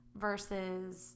versus